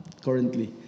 currently